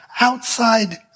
outside